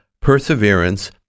perseverance